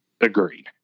Agreed